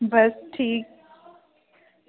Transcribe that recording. बस ठीक